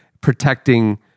protecting